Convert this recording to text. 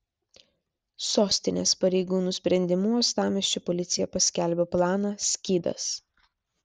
sostinės pareigūnų sprendimu uostamiesčio policija paskelbė planą skydas